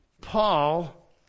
Paul